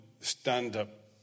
stand-up